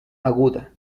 aguda